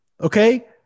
okay